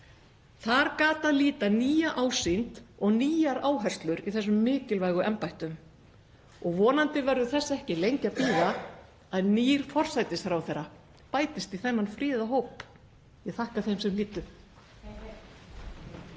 Þar gat að líta nýja ásýnd og nýjar áherslur í þessum mikilvægu embættum. Vonandi verður þess ekki lengi að bíða að nýr forsætisráðherra bætist í þennan fríða hóp. — Ég þakka þeim sem hlýddu.